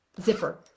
zipper